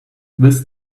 this